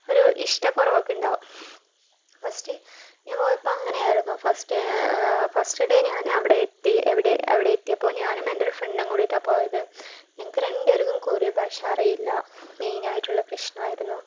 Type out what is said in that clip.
ഒര് ഇഷ്ട്ടക്കുറവൊക്കെ ഉണ്ടാവും ഫസ്റ്റ് ഞാൻ പോയപ്പോൾ അങ്ങനെ ആയിരുന്നു ഫസ്റ്റ് ഫസ്റ്റ് ഡേ ഞാൻ അവിടെ എത്തി എവിടെ അവിടെ എത്തിയപ്പോൾ ഞാനും എൻ്റെ ഒരു ഫ്രണ്ടും കൂടിയിട്ടാണ് പോയത് ഞങ്ങൾക്ക് രണ്ട് പേർക്കും കൊറിയൻ ഭാഷ അറിയില്ല മെയ്നായിട്ടുള്ള പ്രശ്നായിരുന്നു